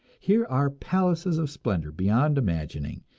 here are palaces of splendor beyond imagining,